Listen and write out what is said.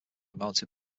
mounted